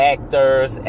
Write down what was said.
Actors